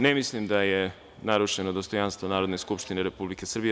Ne mislim da je narušeno dostojanstvo Narodne skupštine Republike Srbije.